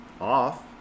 off